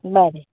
बरें